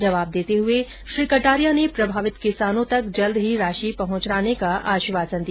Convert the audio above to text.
जवाब देते हुए श्री कटारिया ने प्रभावित किसानो तक जल्द ही राशि पहुचने का आश्वासन दिया